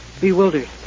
Bewildered